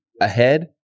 ahead